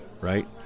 right